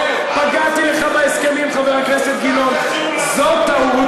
פגעתי לך בהסכמים, חבר הכנסת גילאון, זאת טעות